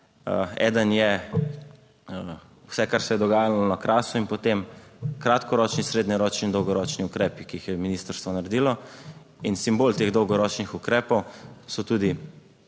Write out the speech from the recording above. Eden je vse, kar se je dogajalo na Krasu in potem kratkoročni srednjeročni in dolgoročni ukrepi, ki jih je ministrstvo naredilo in simbol teh dolgoročnih ukrepov so tudi